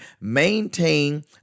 Maintain